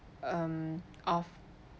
um of